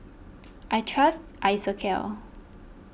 I trust Isocal